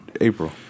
April